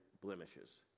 blemishes